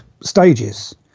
stages